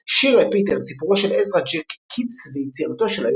"שיר לפיטר סיפורו של עזרא ג'ק קיטס ויצירתו של היום